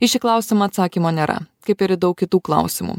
į šį klausimą atsakymo nėra kaip ir į daug kitų klausimų